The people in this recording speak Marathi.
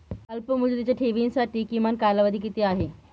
अल्पमुदतीच्या ठेवींसाठी किमान कालावधी किती आहे?